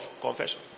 confession